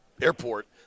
Airport